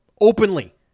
openly